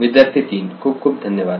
विद्यार्थी 3 खूप खूप धन्यवाद